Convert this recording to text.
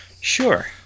Sure